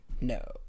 No